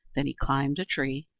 then he climbed a tree,